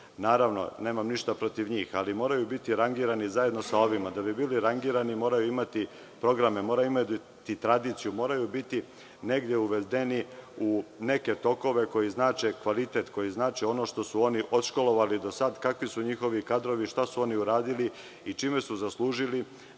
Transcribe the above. naravno nemam ništa protiv njih, ali moraju biti rangirani zajedno sa ovima. Da bi bili rangirani moraju imati programe, moraju imati tradiciju, moraju biti negde uvedeni u neke tokove koji znače kvalitet, koji znače ono što su oni odškolovali do sada kakvi su njihovi kadrovi, šta su oni uradili i čime su zaslužili